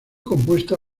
compuesta